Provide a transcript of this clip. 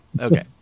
Okay